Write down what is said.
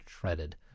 shredded